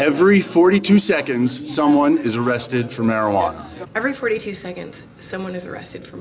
every forty two seconds someone is arrested for marijuana every forty seconds someone is arrested for